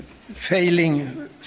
failing